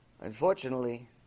Unfortunately